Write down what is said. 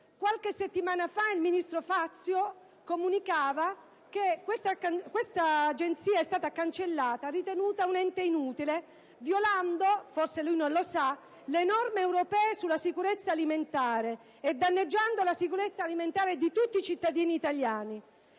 Qualche settimana fa il ministro Fazio ha comunicato che questa Agenzia è stata cancellata, perché ritenuta un ente inutile, violando - forse lui non lo sa - le norme europee sulla sicurezza alimentare e danneggiando la sicurezza alimentare di tutti i cittadini italiani.